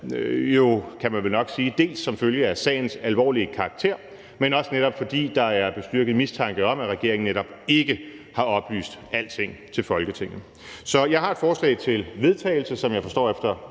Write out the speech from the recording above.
sige, som følge af sagens alvorlige karakter, dels fordi der er bestyrket mistanke om, at regeringen netop ikke har oplyst alting til Folketinget. Så jeg har et forslag til vedtagelse, som jeg forstår efter